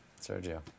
Sergio